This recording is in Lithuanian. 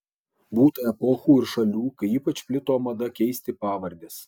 būta epochų ir šalių kai ypač plito mada keisti pavardes